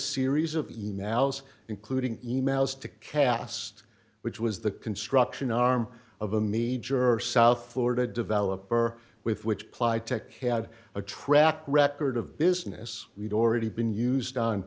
series of mouse including emails to cast which was the construction arm of a major south florida developer with which ply tech had a track record of business we'd already been used on